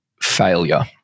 failure